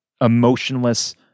emotionless